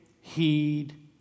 heed